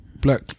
black